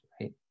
right